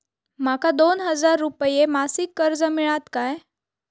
माका दोन हजार रुपये मासिक कर्ज मिळात काय?